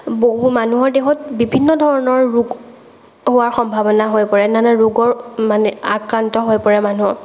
বহু মানুহৰ দেহত বিভিন্ন ধৰণৰ ৰোগ হোৱাৰ সম্ভাৱনা হৈ পৰে নানা ৰোগৰ মানে আক্ৰান্ত হৈ পৰে মানুহ